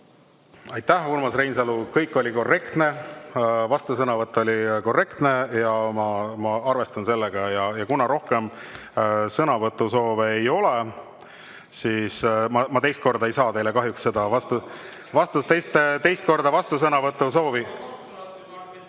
Aitäh, Urmas Reinsalu! Kõik oli korrektne. Vastusõnavõtt oli korrektne ja ma arvestan sellega. Ja kuna rohkem sõnavõtusoove ei ole, siis … Ma teist korda ei saa kahjuks teie vastusõnavõtusoovi